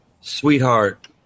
sweetheart